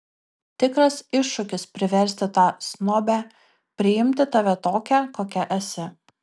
tikras iššūkis priversti tą snobę priimti tave tokią kokia esi